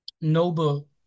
noble